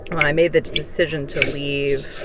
when i made the decision to leave